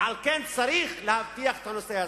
ועל כן צריך להבטיח את הנושא הזה.